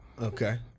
Okay